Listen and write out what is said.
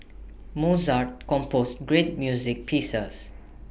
Mozart composed great music pieces